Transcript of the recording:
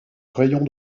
rayon